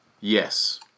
Yes